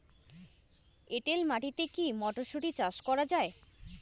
এটেল মাটিতে কী মটরশুটি চাষ করা য়ায়?